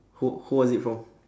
who who was it from